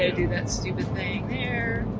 ah do that stupid thing there.